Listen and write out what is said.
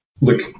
look